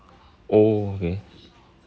oh okay